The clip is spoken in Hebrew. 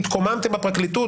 התקוממתם בפרקליטות,